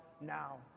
now